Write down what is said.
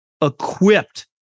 equipped